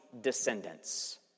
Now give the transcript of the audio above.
descendants